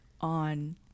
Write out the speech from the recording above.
on